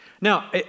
Now